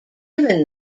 given